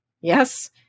Yes